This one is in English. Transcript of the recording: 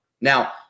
Now